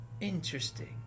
Interesting